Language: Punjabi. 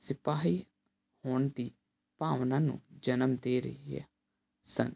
ਸਿਪਾਹੀ ਹੋਣ ਦੀ ਭਾਵਨਾ ਨੂੰ ਜਨਮ ਦੇ ਰਹੀ ਹੈ ਸਨ